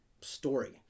story